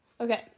Okay